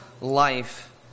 life